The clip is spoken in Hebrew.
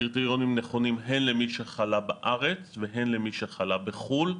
הקריטריונים נכונים הן למי שחלה בארץ והן למי שחלה בחו"ל,